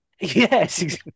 yes